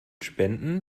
spenden